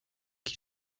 qui